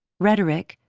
rhetoric,